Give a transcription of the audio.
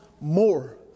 more